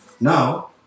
now